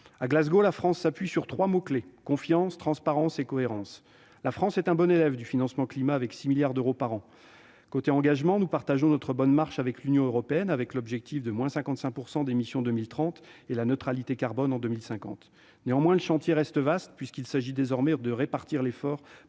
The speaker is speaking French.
À Glasgow, la France s'appuie sur trois mots clés : confiance, transparence et cohérence. Elle est une bonne élève du financement de la lutte pour le climat, avec 6 milliards d'euros par an ; côté engagement, nous partageons notre bonne marche avec l'Union européenne, avec un objectif de baisse de 55 % des émissions d'ici à 2030 et la neutralité carbone en 2050. Néanmoins, le chantier reste vaste, puisqu'il s'agit désormais de répartir l'effort